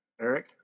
Eric